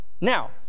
now